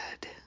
good